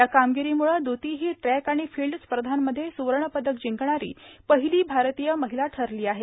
या कामगिरीमुळे द्रती ही ट्रॅक आणि फिल्ड स्पर्धांमध्ये सुवर्ण पदक जिंकणारी पहिली भारतीय महिला ठरली आहे